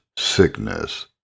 Sickness